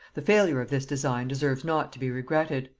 the failure of this design deserves not to be regretted.